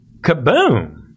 Kaboom